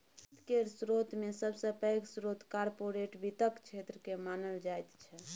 वित्त केर स्रोतमे सबसे पैघ स्रोत कार्पोरेट वित्तक क्षेत्रकेँ मानल जाइत छै